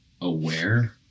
aware